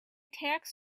tax